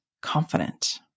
confident